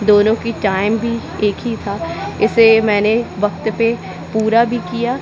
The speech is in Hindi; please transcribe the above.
दोनों की टाइम भी एक ही था इसे मैंने वक्त पे पूरा भी किया